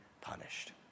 punished